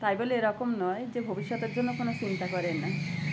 তাই বলে এরকম নয় যে ভবিষ্যতের জন্য কোনো চিন্তা করেন না